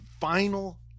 final